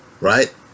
right